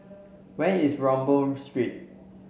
where is Rambau Street